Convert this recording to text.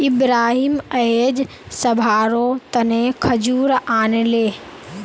इब्राहिम अयेज सभारो तने खजूर आनले